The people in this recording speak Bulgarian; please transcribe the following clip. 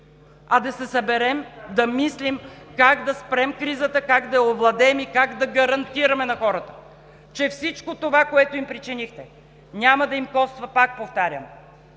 а да се съберем, да мислим как да спрем кризата, как да я овладеем и как да гарантираме на хората, че всичко това, което им причинихте, няма да им коства, пак повтарям: